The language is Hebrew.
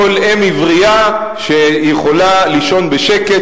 כל אם עברייה שהיא יכולה לישון בשקט,